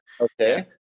Okay